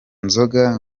nzoga